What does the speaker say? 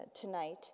tonight